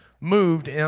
moved